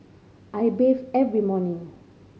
I bathe every morning